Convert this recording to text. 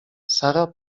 sara